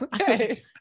Okay